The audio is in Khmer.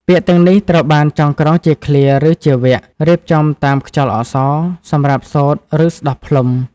ពាក្យទាំងនេះត្រូវបានចងក្រងជាឃ្លា ឬជាវគ្គ រៀបចំតាមខ្យល់អក្សរ សម្រាប់សូត្រ ឬស្ដោះផ្លុំ។